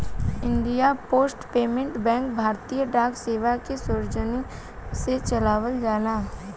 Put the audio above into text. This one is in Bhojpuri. इंडियन पोस्ट पेमेंट बैंक भारतीय डाक सेवा के सौजन्य से चलावल जाला